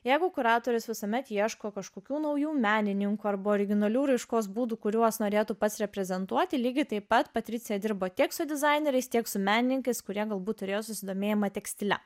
jeigu kuratorius visuomet ieško kažkokių naujų menininkų arba originalių raiškos būdų kuriuos norėtų pats reprezentuoti lygiai taip pat patricija dirba tiek su dizaineriais tiek su menininkais kurie galbūt turėjo susidomėjimą tekstile